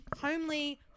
homely